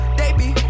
baby